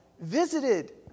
visited